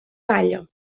balla